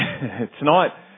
Tonight